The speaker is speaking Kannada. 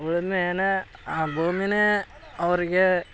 ಉಳುಮೆಯೇ ಆ ಭೂಮಿಯೇ ಅವರಿಗೆ